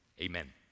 amen